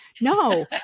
No